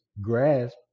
grasp